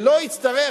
ולא יצטרך,